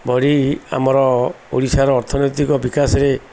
ବଢ଼ି ଆମର ଓଡ଼ିଶାର ଅର୍ଥନୈତିକ ବିକାଶରେ